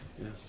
Yes